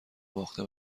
باخته